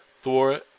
Thor